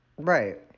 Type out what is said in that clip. Right